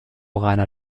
reiner